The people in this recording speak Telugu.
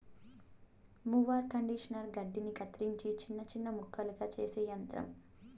మొవార్ కండీషనర్ గడ్డిని కత్తిరించి చిన్న చిన్న ముక్కలుగా చేసే యంత్రం